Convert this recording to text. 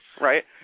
Right